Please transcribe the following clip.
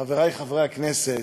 חברי חברי הכנסת,